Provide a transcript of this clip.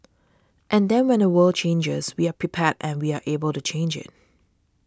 and then when the world changes we are prepared and we are able to change it